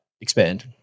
expand